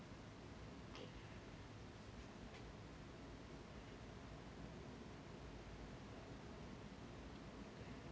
okay